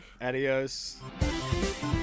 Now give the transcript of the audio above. Adios